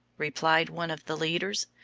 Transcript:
replied one of the leaders,